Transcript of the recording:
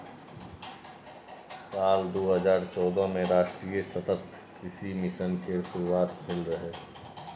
साल दू हजार चौदह मे राष्ट्रीय सतत कृषि मिशन केर शुरुआत भेल रहै